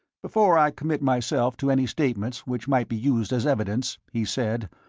before i commit myself to any statements which might be used as evidence, he said,